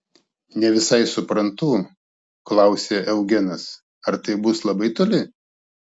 ne visai suprantu klausė eugenas ar tai bus labai toli